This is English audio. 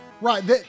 Right